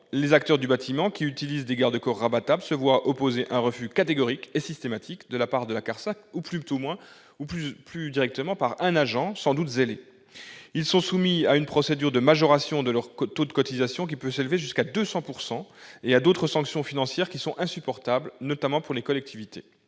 les acteurs du bâtiment qui utilisent des garde-corps rabattables se voient opposer un refus catégorique et systématique de la part de la CARSAT ou, plus précisément, de l'un de ses agents, sans doute trop zélé. Ils sont alors soumis à une procédure de majoration de leur taux de cotisation, qui peut s'élever jusqu'à 200 %, et à d'autres sanctions financières insupportables, notamment pour les collectivités.